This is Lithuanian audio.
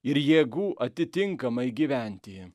ir jėgų atitinkamai gyventi